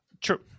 True